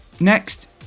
Next